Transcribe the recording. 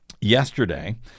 yesterday